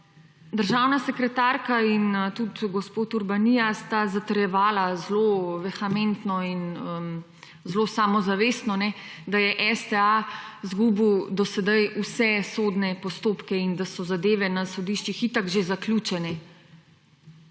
Državna sekretarka in tudi gospod Urbanija sta zatrjevala zelo vehementno in zelo samozavestno, da je STA izgubil do sedaj vse sodne postopke in da so zadeve na sodiščih itak že zaključene.